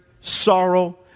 sorrow